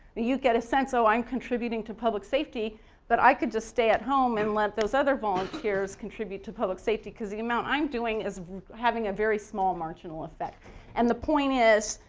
you get a sense oh, i'm contributing to public safety but i could just stay at home and let those other volunteers contribute to public safety because the amount i'm doing is having a very small marginal effect and the point is,